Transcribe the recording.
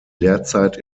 lehrzeit